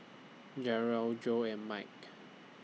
Jarrell Joe and Mike